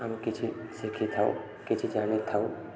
ଆମେ କିଛି ଶିଖିଥାଉ କିଛି ଜାଣିଥାଉ